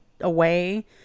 away